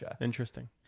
interesting